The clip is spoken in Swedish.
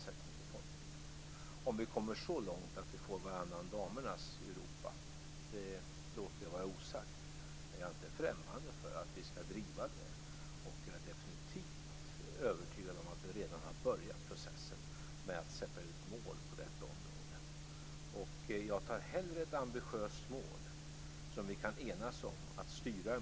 Då är det också väsentligt att vi driver på jämställdheten och får fram den som en del i demokratin. Min fråga till statsministern är om man har diskuterat en form av kvotering för att skynda på processen, på samma sätt som vi inom vårt parti har jobbat med "varannan damernas".